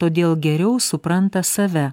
todėl geriau supranta save